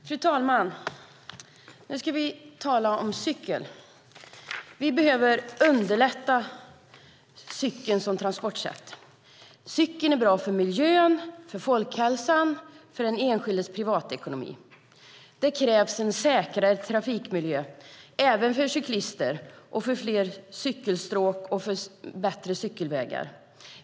Fru talman! Nu ska vi tala om cykeln. Vi behöver underlätta för cykeln som transportsätt. Cykeln är bra för miljön, för folkhälsan och för den enskildes privatekonomi. Det krävs en säkrare trafikmiljö även för cyklister, fler cykelstråk och bättre cykelvägar.